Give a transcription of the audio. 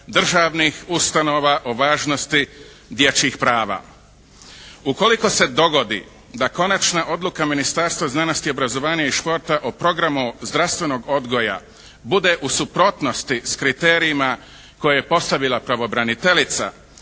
državnih ustanova o važnosti dječjih prava. Ukoliko se dogodi da konačna odluka Ministarstva znanosti, obrazovanja i športa o programu zdravstvenog odgoja bude u suprotnosti s kriterijima koje je postavila pravobraniteljica